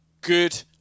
good